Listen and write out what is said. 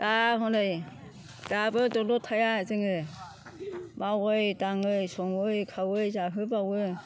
दा हनै दाबो दलद थाया जोङो मावै दाङै सङै खावै जाहोबावो